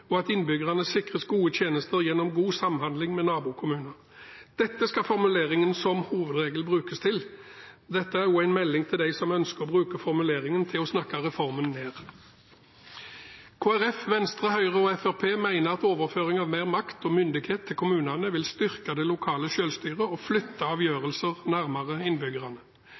vil at innbyggerne sikres gode tjenester gjennom god samhandling med nabokommuner. Dette skal formuleringen «som hovedregel» brukes til. Dette er også en melding til dem som ønsker å bruke formuleringen til å snakke reformen ned. Kristelig Folkeparti, Venstre, Høyre og Fremskrittspartiet mener at overføring av mer makt og myndighet til kommunene vil styrke det lokale selvstyret og flytte